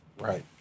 Right